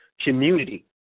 community